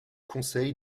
conseil